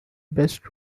best